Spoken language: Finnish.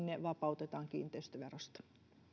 vapautetaan kiinteistöverosta